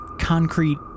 concrete